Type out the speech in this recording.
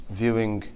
viewing